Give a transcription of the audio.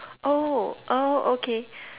oh oh okay